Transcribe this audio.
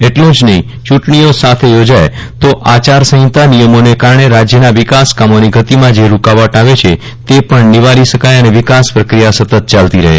એટલું જ નહિ ચૂંટણીઓ સાથે યોજાય તો આચારસંહિતા નિયમોને કારણે રાજ્યના વિકાસકામોની ગતિમાં જે રૂકાવટ આવે છે તે પજ્ઞ નિવારી શકાય અને વિકાસ પ્રક્રિયા સતત ચાલતી રહે